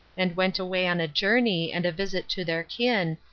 and went away on a journey and a visit to their kin,